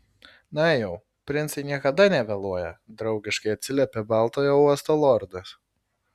na jau princai niekada nevėluoja draugiškai atsiliepė baltojo uosto lordas